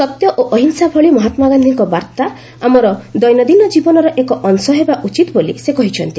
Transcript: ସତ୍ୟ ଓ ଅହିଂସା ଭଳି ମହାତ୍ମାଗାନ୍ଧିଙ୍କ ବାର୍ତ୍ତା ଆମର ଦୈନନ୍ଦିନ ଜୀବନର ଏକ ଅଂଶ ହେବା ଉଚିତ ବୋଲି ସେ କହିଛନ୍ତି